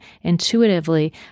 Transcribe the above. intuitively